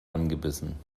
angebissen